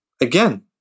again